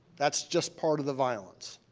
that's just part of the violence.